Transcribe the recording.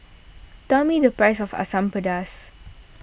tell me the price of Asam Pedas